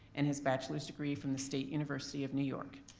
and his bachelor's degree from the state university of new york.